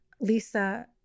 Lisa